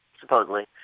supposedly